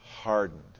hardened